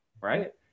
Right